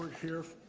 here,